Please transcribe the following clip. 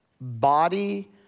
body